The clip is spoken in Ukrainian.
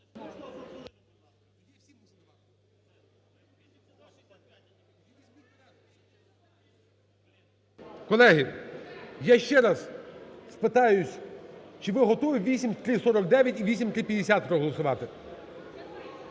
Колеги, я ще раз спитаюсь, чи ви готові 8349 і 8350 проголосувати?